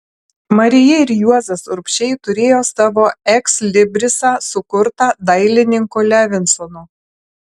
marija ir juozas urbšiai turėjo savo ekslibrisą sukurtą dailininko levinsono